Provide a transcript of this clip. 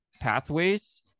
pathways